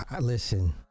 Listen